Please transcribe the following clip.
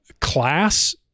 class